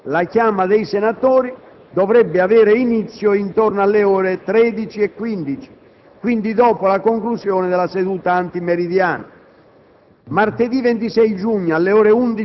Voteranno per primi i deputati. La chiama dei senatori dovrebbe avere inizio intorno alle ore 13,15, quindi dopo la conclusione della seduta antimeridiana.